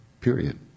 Period